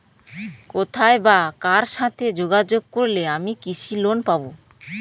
কোথায় বা কার সাথে যোগাযোগ করলে আমি কৃষি লোন পাব?